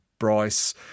Bryce